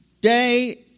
day